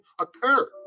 occur